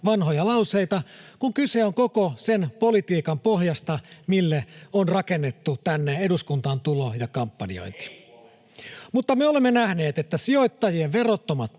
vanhoja lauseita, kun kyse on koko sen politiikan pohjasta, mille on rakennettu tänne eduskuntaan tulo ja kampanjointi. [Miko Bergbom: No ei ole!] Mutta me olemme nähneet, että sijoittajien verottomat